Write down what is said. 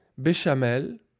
béchamel